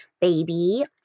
baby